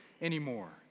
anymore